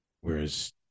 Whereas